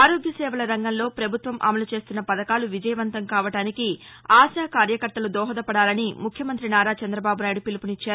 ఆరోగ్య సేవల రంగంలో ప్రభుత్వం అమలు చేస్తున్న పథకాలు విజయవంతం కావడానికి ఆశా కార్యకర్తలు దోహదపదాలని ముఖ్యమంతి నారా చంద్రబాబు నాయుడు పిలుపునిచ్చారు